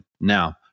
Now